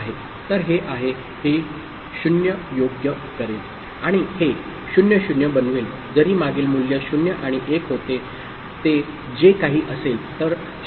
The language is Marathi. तर हे आहे हे 0 योग्य करेल आणि हे 0 0 बनवेल जरी मागील मूल्य 0 आणि 1 होते जे काही असेल